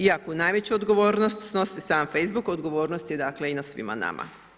Iako najveću odgovornost snosi sam FB, a odgovornost je dakle i na svima nama.